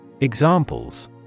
Examples